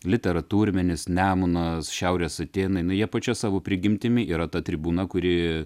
literatūrmenis nemunas šiaurės atėnai nu jie pačia savo prigimtimi yra ta tribūna kuri